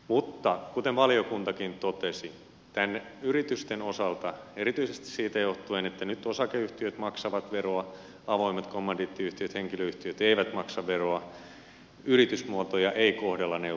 mutta kuten valiokuntakin totesi näiden yritysten osalta erityisesti siitä johtuen että nyt osakeyhtiöt maksavat veroa avoimet kommandiittiyhtiöt henkilöyhtiöt eivät maksa veroa yritysmuotoja ei kohdella neutraalisti